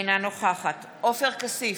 אינה נוכחת עופר כסיף,